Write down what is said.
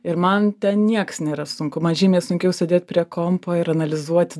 ir man ten nieks nėra sunku man žymiai sunkiau sėdėt prie kompo ir analizuoti